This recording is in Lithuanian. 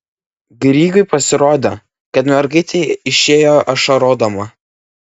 grygui pasirodė kad mergaitė išėjo ašarodama